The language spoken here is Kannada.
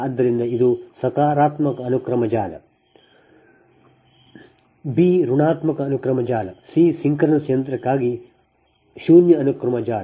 ಆದ್ದರಿಂದ ಇದು ಸಕಾರಾತ್ಮಕ ಅನುಕ್ರಮ ಜಾಲ bಬಿ ಋಣಾತ್ಮಕ ಅನುಕ್ರಮ ಜಾಲ ಮತ್ತು c ಸಿಂಕ್ರೊನಸ್ ಯಂತ್ರಕ್ಕಾಗಿ ಶೂನ್ಯ ಅನುಕ್ರಮ ಜಾಲ